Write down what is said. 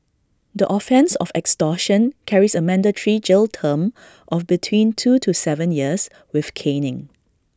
the offence of extortion carries A mandatory jail term of between two to Seven years with caning